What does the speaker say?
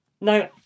Now